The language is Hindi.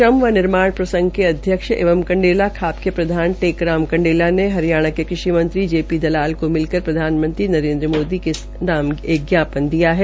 श्रम व निर्माण प्रसंघ के अध्यक्ष एवं कंडेला खाप के प्रधान टेकराम कंडेला ने हरियाणा के कृषि मंत्री जी पी दलाल को मिलकर प्रधानमंत्री नरेन्द्र मोदी के नाम ज्ञापन दिया है